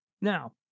Now